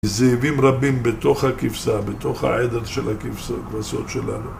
זאבים רבים בתוך הכבשה, בתוך העדר של הכבשות שלנו